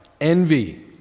envy